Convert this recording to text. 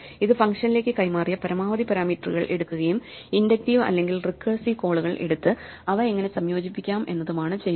ഇത് ഫംഗ്ഷനിലേക്ക് കൈമാറിയ പരാമീറ്ററുകൾ എടുക്കുകയും ഇൻഡക്റ്റീവ് അല്ലെങ്കിൽ റീകീഴ്സീവ് കോളുകൾ എടുത്തു അവ എങ്ങനെ സംയോജിപ്പിക്കാം എന്നതുമാണ് ചെയ്യുക